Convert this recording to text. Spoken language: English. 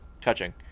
touching